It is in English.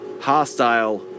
hostile